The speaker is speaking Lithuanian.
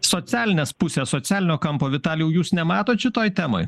socialinės pusės socialinio kampo vitalijau jūs nematot šitoje temoj